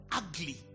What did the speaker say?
ugly